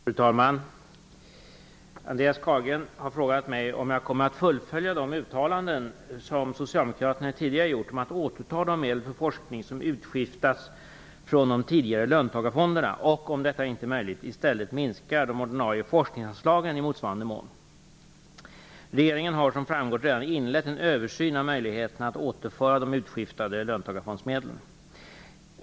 Fru talman! Andreas Carlgren har frågat mig om jag kommer att fullfölja de uttalanden som Socialdemokraterna tidigare har gjort om att återta de medel till forskning som utskiftats från de tidigare löntagarfonderna och, om detta inte är möjligt, i stället minska de ordinarie forskningsanslagen i motsvarande mån. Regeringen har som framgått redan inlett en översyn av möjligheterna att återföra de utskiftade löntagarfondsmedlen.